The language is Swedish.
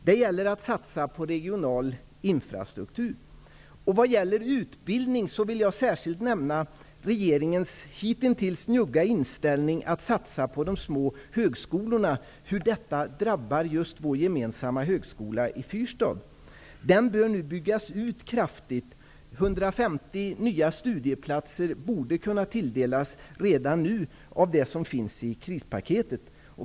Det gäller att satsa på regional infrastruktur. I fråga om utbildning vill jag särskilt nämna regeringens hitintills njugga inställning när det gäller att satsa på de små högskolorna. Detta drabbar vår gemensamma högskola i fyrstadsregionen. Den bör nu byggas ut kraftigt. 150 nya studieplatser borde kunna tilldelas redan nu med de medel som finns i krispaketet.